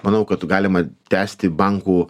manau kad galima tęsti bankų